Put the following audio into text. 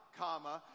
comma